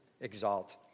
exalt